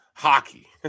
hockey